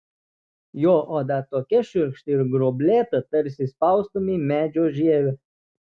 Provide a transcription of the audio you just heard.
jo oda tokia šiurkšti ir gruoblėta tarsi spaustumei medžio žievę